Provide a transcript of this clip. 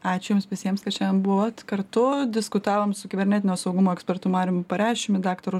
ačiū jums visiems kad šiandien buvot kartu diskutavom su kibernetinio saugumo ekspertu marium pareščiumi daktaru